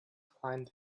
climbed